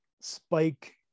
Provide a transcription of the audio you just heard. spike